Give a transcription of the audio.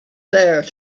there